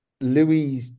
Louis